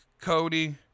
Cody